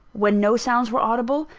when no sounds were audible,